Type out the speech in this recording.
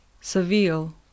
Seville